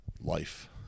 Life